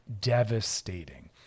devastating